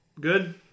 Good